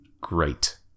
great